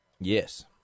Yes